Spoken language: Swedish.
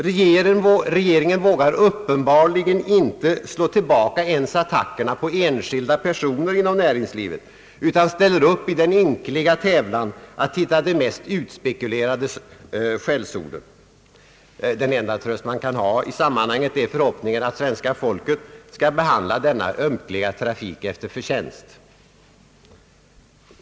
Regeringen vågar tydligen inte slå tillbaka ens attackerna mot enskilda personer inom näringslivet utan ställer upp i den ynkliga tävlan att hitta de mest utspekulerade skällsorden. Den enda tröst man kan ha i sammanhanget är förhoppningen att svenska folket skall behandla denna ömkliga trafik efter förtjänst.